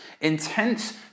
intense